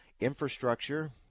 infrastructure